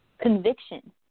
conviction